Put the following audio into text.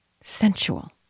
sensual